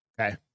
Okay